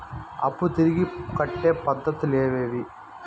అప్పులు తిరిగి కట్టే పద్ధతులు ఏవేవి